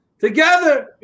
Together